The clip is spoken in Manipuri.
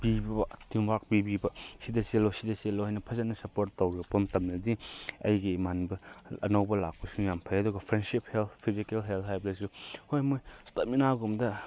ꯇꯤꯛꯋꯥꯔꯛ ꯄꯤꯕꯤꯕ ꯁꯤꯗ ꯆꯦꯜꯂꯨ ꯁꯤꯗ ꯆꯦꯜꯂꯨ ꯍꯥꯏꯅ ꯐꯖꯅ ꯁꯞꯄ꯭ꯣꯔꯠ ꯇꯧꯔꯛꯄ ꯃꯇꯝꯗꯗꯤ ꯑꯩꯒꯤ ꯏꯃꯥꯟꯅꯕ ꯑꯅꯧꯕ ꯂꯥꯛꯄꯁꯤ ꯌꯥꯝ ꯐꯩꯌꯦ ꯑꯗꯨꯒ ꯐ꯭ꯔꯦꯟꯁꯤꯞ ꯍꯦꯜꯞ ꯐꯤꯖꯤꯀꯦꯜ ꯍꯦꯜꯞ ꯍꯥꯏꯕꯁꯨ ꯍꯣꯏ ꯃꯣꯏ ꯏꯁꯇꯦꯃꯤꯅꯥꯒꯨꯝꯕꯗ